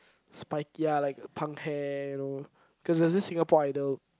spike ya like punk hair you know cause there's this Singapore Idol